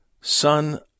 son